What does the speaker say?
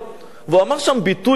והוא אמר שם ביטוי כמו,